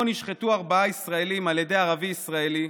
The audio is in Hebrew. שבו נשחטו ארבעה ישראלים על ידי ערבים ישראלים,